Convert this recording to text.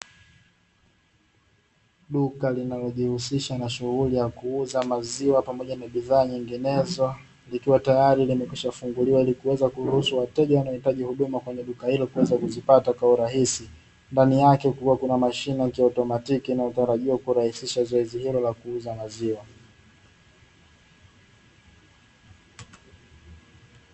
Duka linalojihusisha na shughuli ya kuuza maziwa pamoja na bidhaa nyinginezo, likiwa tayari limekwishafunguliwa ili kuweza kuruhusu wateja wanaohitaji huduma kwenye duka hilo kuweza kuzipata kwa hurahisi. Ndani yake kukiwa kuna mashine ya kiautomatiki, inayotarajiwa kurahisisha zoezi hilo la kuuza maziwa.